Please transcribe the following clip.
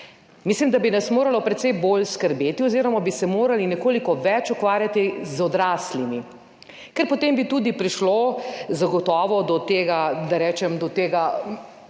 Misim, da bi nas moralo precej bolj skrbeti oziroma bi se morali nekoliko več ukvarjati z odraslimi, ker bi potem zagotovo prišlo tudi do tega, da rečem,